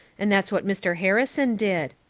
and that's what mr. harrison did.